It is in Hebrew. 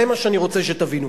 זה מה שאני רוצה שתבינו.